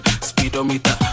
speedometer